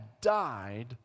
died